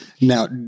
Now